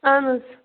اہن حظ